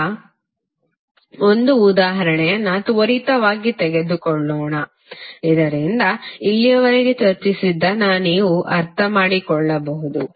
ಈಗ ಒಂದು ಉದಾಹರಣೆಯನ್ನು ತ್ವರಿತವಾಗಿ ತೆಗೆದುಕೊಳ್ಳೋಣ ಇದರಿಂದ ಇಲ್ಲಿಯವರೆಗೆ ಚರ್ಚಿಸಿದ್ದನ್ನು ನೀವು ಅರ್ಥಮಾಡಿಕೊಳ್ಳಬಹುದು